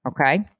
okay